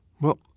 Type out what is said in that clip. Well